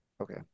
Okay